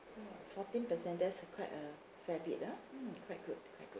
fourteen percent that's quite a fair bit ah mm quite good quite good